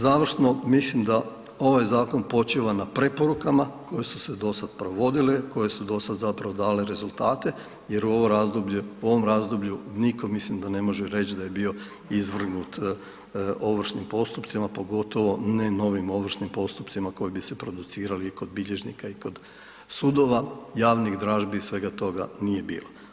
Završno, mislim da ovaj zakon počiva na preporukama koje su se dosad provodile, koje su dosad zapravo dale rezultate jer u ovo razdoblje, u ovom razdoblju niko mislim da ne može reć da je bio izvrgnut ovršnim postupcima, pogotovo ne novim ovršnim postupcima koji bi se producirali i kod bilježnika i kod sudova, javnih dražbi i svega toga nije bilo.